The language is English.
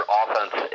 offense